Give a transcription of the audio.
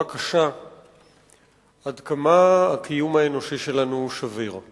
קשה עד כמה הקיום האנושי שלנו הוא שביר.